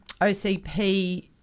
OCP